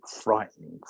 frightening